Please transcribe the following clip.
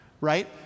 right